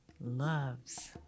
loves